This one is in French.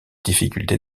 difficultés